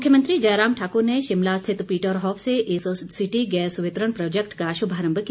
मुख्यमंत्री जयराम ठाकुर ने शिमला स्थित पीटर हॉफ से इस सिटी गैस वितरण प्रोजैक्ट का शुभारम्भ किया